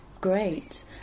Great